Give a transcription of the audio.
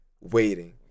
waiting